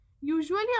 usually